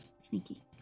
Sneaky